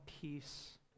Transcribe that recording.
peace